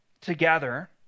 together